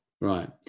right